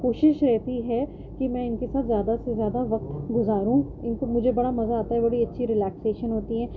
کوشش رہتی ہے کہ میں ان کے ساتھ زیادہ سے زیادہ وقت گزاروں ان کو مجھے بڑا مزہ آتا ہے بڑی اچھی رلیکسیشن ہوتی ہے